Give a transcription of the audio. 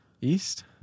East